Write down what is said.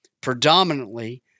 Predominantly